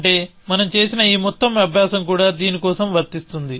అంటే మనం చేసిన ఈ మొత్తం అభ్యాసం కూడా దీని కోసం వర్తిస్తుంది